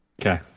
Okay